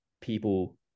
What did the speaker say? people